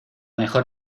mejor